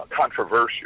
controversial